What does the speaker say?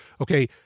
Okay